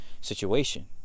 situation